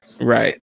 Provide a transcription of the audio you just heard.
right